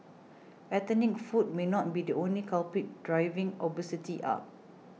ethnic food may not be the only culprit driving obesity up